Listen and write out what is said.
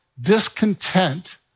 discontent